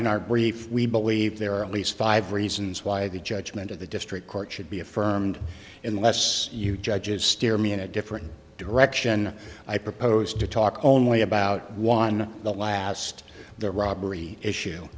in our brief we believe there are at least five reasons why the judgment of the district court should be affirmed in less you judges steer me in a different direction i propose to talk only about one last the robbery issue